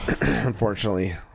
unfortunately